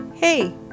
Hey